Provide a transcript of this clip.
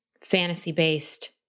fantasy-based